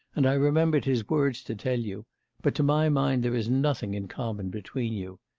and i remembered his words to tell you but to my mind there is nothing in common between you.